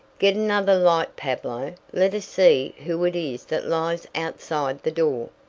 get another light, pablo let us see who it is that lies outside the door.